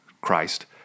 Christ